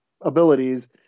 abilities